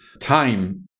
time